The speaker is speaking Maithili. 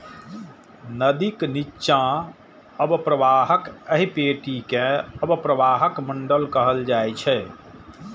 नदीक निच्चा अवप्रवाहक एहि पेटी कें अवप्रवाह मंडल कहल जाइ छै